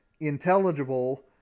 intelligible